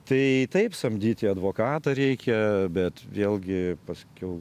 tai taip samdyti advokatą reikia bet vėlgi paskiau